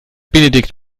benedikt